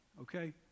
Okay